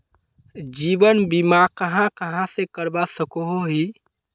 जीवन बीमा कहाँ कहाँ से करवा सकोहो ही?